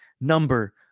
number